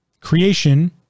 Creation